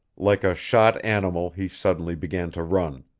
like a shot animal he suddenly began to run.